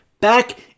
Back